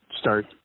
start